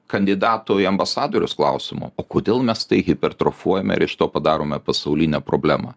kandidatų į ambasadorius klausimu o kodėl mes tai hipertrofuojame ir iš to padarome pasaulinę problemą